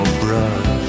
brush